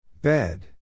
Bed